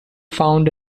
found